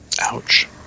ouch